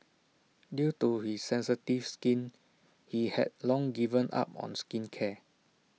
due to his sensitive skin he had long given up on skincare